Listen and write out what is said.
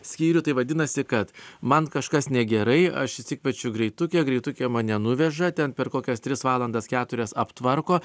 skyrių tai vadinasi kad man kažkas negerai aš išsikviečiau greitukę greitukė mane nuveža ten per kokias tris valandas keturias aptvarko